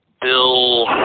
Bill